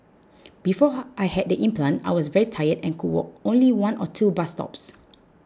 before I had the implant I was very tired and could walk only one or two bus stops